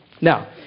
Now